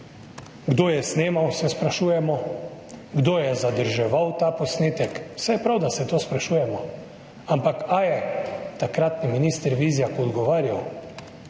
Kdo je snemal, se sprašujemo, kdo je zadrževal ta posnetek – saj je prav, da se to sprašujemo, ampak ali je takratni minister Vizjak odgovarjal?